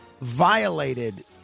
violated